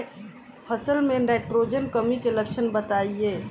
फसल में नाइट्रोजन कमी के लक्षण बताइ?